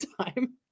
time